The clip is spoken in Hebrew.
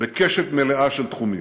בקשת מלאה של תחומים.